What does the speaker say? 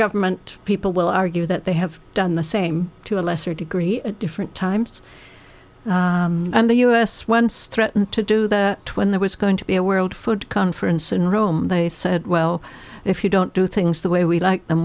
government people will argue that they have done the same to a lesser degree at different times and the u s once threatened to do their twin there was going to be a world food conference in rome they said well if you don't do things the way we like them